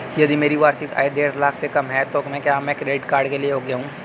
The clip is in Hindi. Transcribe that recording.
यदि मेरी वार्षिक आय देढ़ लाख से कम है तो क्या मैं क्रेडिट कार्ड के लिए योग्य हूँ?